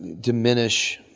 diminish